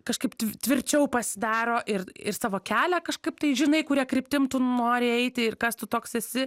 kažkaip tv tvirčiau pasidaro ir ir savo kelią kažkaip tai žinai kuria kryptim tu nori eiti ir kas tu toks esi